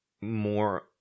more